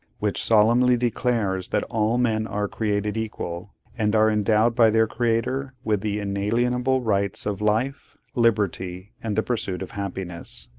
which solemnly declares that all men are created equal and are endowed by their creator with the inalienable rights of life, liberty, and the pursuit of happiness!